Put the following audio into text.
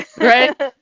right